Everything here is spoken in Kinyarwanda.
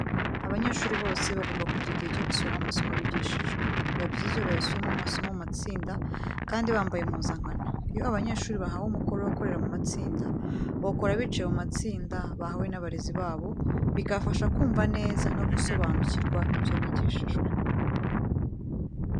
Abanyeshuri bose bagomba kugira igihe cyo gusubiramo amasomo bigishijwe. Biba byiza iyo basubiyemo amasomo mu matsinda kandi bambaye impuzankano. Iyo abanyeshuri bahawe umukoro wo gukorera mu matsinda, bawukora bicaye mu matsinda bahawe n'abarezi babo, bikabafasha kumva neza no gusobanukirwa ibyo bigishijwe.